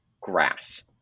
grass